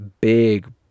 big